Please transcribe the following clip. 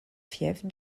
fief